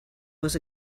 was